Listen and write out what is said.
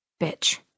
bitch